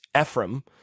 Ephraim